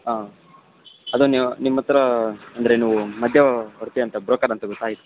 ಹಾಂ ಅದು ನೀವು ನಿಮ್ಮ ಹತ್ರ ಅಂದರೇನು ಮಧ್ಯ ವರ್ತಿ ಅಂತ ಬ್ರೋಕರ್ ಅಂತ ಗೊತಾಯ್ತು